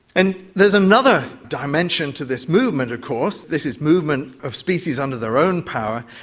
and there's another dimension to this movement of course, this is movement of species under their own power,